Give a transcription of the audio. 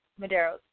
Madero